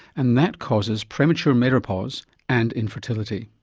and that causes premature menopause and infertility.